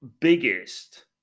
biggest